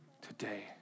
today